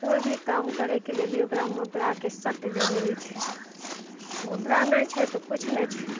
कोइ भी काम करयके लेल ओकरा मुद्राके सख्त जरूरी छै मुद्रा नहि छै तऽ किछु नहि छै